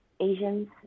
Asians